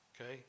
okay